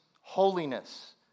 holiness